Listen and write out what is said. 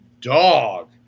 dog